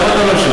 למה אתה לא שם?